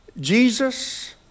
Jesus